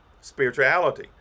spirituality